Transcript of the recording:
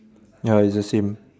ya it's the same